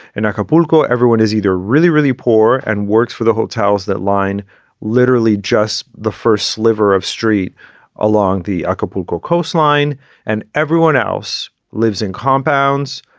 in acapulco. everyone is either really, really poor and works for the hotels that line literally just the first sliver of street along the acapulco coastline and everyone else lives in compounds,